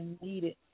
needed